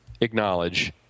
acknowledge